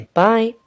bye